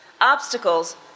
obstacles